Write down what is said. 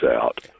out